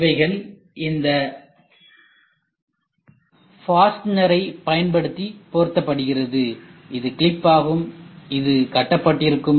இவைகள் இந்த ஃபாஸ்டென்சரைப் பயன்படுத்தி பொருத்தப்படுகிறது இது கிளிப் ஆகும் இது கட்டப்பட்டிருக்கும்